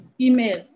email